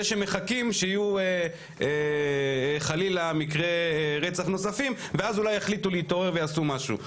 שמחכים שיהיו חלילה מקריי רצח נוספים ואז אולי יחליט להתעורר ויעשו משהו,